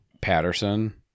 Patterson